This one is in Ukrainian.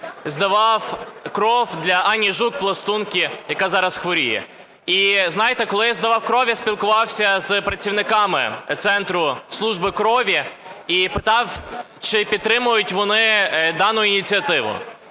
здавав кров для Ані Жук – пластунки, яка зараз хворіє. І знаєте, коли я здавав кров, я спілкувався з працівниками центру служби крові і питав, чи підтримують вони дану ініціативу.